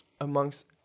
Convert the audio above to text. amongst